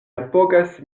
apogas